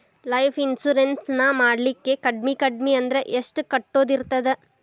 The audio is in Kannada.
ಲೈಫ್ ಇನ್ಸುರೆನ್ಸ್ ನ ಮಾಡ್ಲಿಕ್ಕೆ ಕಡ್ಮಿ ಕಡ್ಮಿ ಅಂದ್ರ ಎಷ್ಟ್ ಕಟ್ಟೊದಿರ್ತದ?